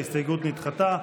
ההסתייגות נדחתה.